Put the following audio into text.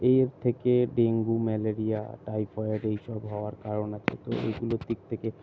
এর থেকে dengue malaria typhoid এইসব হওয়ার কারণ আছে তো এগুলোর দিক থেকে